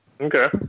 Okay